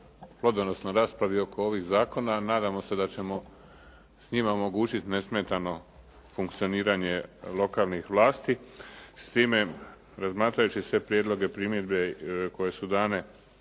plodonosnoj raspravi oko ovih zakona. Nadamo se da ćemo s njima omogućiti nesmetano funkcioniranje lokalnih vlasti. S time, razmatrajući sve prijedloge, primjedbe koje su dane